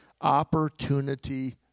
opportunity